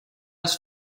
els